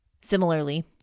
Similarly